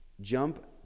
jump